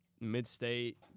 mid-state